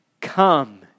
Come